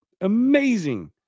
amazing